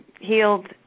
healed